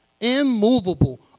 immovable